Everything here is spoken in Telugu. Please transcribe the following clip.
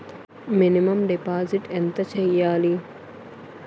మినిమం డిపాజిట్ ఎంత చెయ్యాలి?